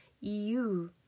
EU